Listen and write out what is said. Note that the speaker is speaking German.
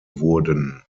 wurden